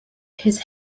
his